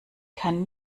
kann